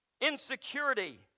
Insecurity